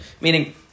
Meaning